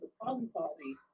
problem-solving